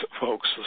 folks